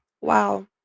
wow